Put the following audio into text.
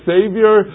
Savior